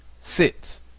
sits